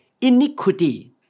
Iniquity